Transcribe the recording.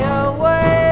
away